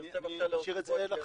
אני משאיר את זה לכם,